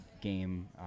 game